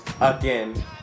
again